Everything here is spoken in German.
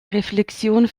reflexion